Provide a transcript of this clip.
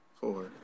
four